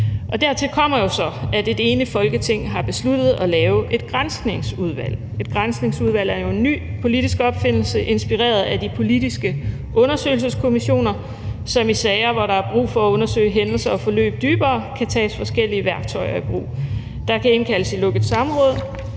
Dertil kommer jo så, at et enigt Folketing har besluttet at lave et granskningsudvalg. Et granskningsudvalg er jo en ny politisk opfindelse inspireret af de politiske undersøgelseskommissioner, som i sager, hvor der er brug for at undersøge hændelser og forløb dybere, kan tage forskellige værktøjer i brug. Der kan indkaldes i lukkede samråd,